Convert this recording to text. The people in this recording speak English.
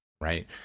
Right